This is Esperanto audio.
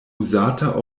uzata